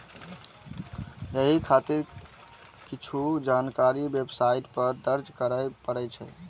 एहि खातिर किछु जानकारी वेबसाइट पर दर्ज करय पड़ै छै